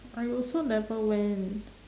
I also never went